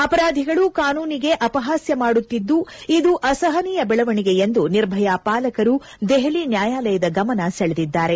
ಅಪರಾಧಿಗಳು ಕಾನೂನಿಗೆ ಅಪಹಾಸ್ತ ಮಾಡುತ್ತಿದ್ದು ಇದು ಅಸಹನೀಯ ಬೆಳವಣಿಗೆ ಎಂದು ನಿರ್ಭಯಾ ಪಾಲಕರು ದೆಪಲಿ ನ್ಯಾಯಾಲಯದ ಗಮನ ಸೆಳೆದಿದ್ದಾರೆ